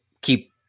keep